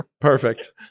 perfect